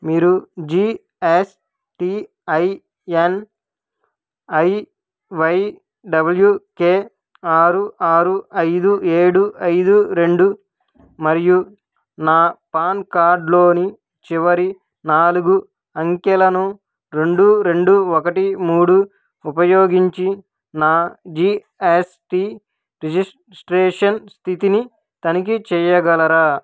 మీరు G S T I N I Y W K ఆరు ఆరు ఐదు ఏడు ఐదు రెండు మరియు నా పాన్ కార్డ్లోని చివరి నాలుగు అంకెలను రెండు రెండు ఒకటి మూడు ఉపయోగించి నా జీ ఎస్ టీ రిజిస్ట్రేషన్ స్థితిని తనిఖీ చెయ్యగలరా